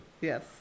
Yes